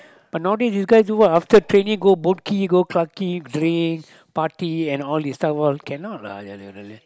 but nowadays you guys do what after training go Boat-Quay go Clarke-Quay drink party and all these type of all cannot lah ya